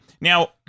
Now